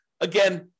Again